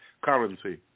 currency